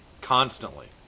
constantly